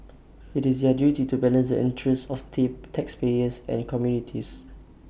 IT is their duty to balance the interests of tea taxpayers and communities